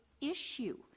issue